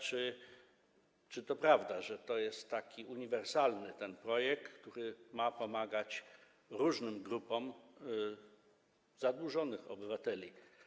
Czy to prawda, że to jest taki uniwersalny projekt, który ma pomagać różnym grupom zadłużonych obywateli?